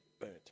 burnt